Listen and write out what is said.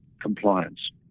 compliance